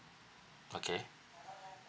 okay